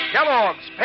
Kellogg's